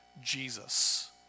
Jesus